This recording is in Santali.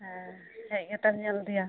ᱦᱮᱸ ᱦᱮᱡ ᱠᱟᱛᱮᱫ ᱮᱢ ᱧᱮᱞ ᱤᱫᱤᱭᱟ